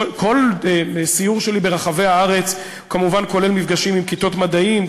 כל סיור שלי ברחבי הארץ כולל כמובן מפגשים עם כיתות מדעים,